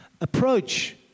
approach